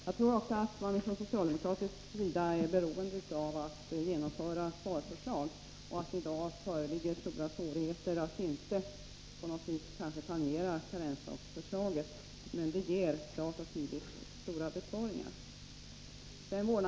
Jag tror också att socialdemokraterna är beroende av att genomföra besparingsförslag och att de i dag har stora svårigheter att i sina resonemang inte tangera karensdagsförslaget. Men detta ger klart och tydligt stora besparingar.